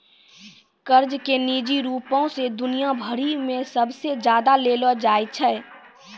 कर्जा के निजी रूपो से दुनिया भरि मे सबसे ज्यादा लेलो जाय छै